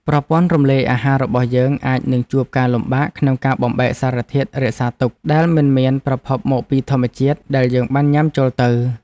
ប្រព័ន្ធរំលាយអាហាររបស់យើងអាចនឹងជួបការលំបាកក្នុងការបំបែកសារធាតុរក្សាទុកដែលមិនមានប្រភពមកពីធម្មជាតិដែលយើងបានញ៉ាំចូលទៅ។